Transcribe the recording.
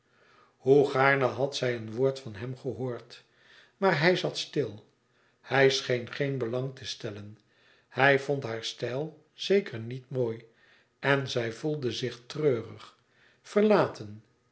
hoe gaarne had zij een woord van hem gehoord maar hij zat stil hij scheen geen belang te stellen hij vond haar stijl zeker niet mooi en zij voelde zich treurig verlaten